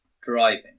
Driving